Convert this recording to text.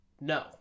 No